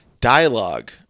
Dialogue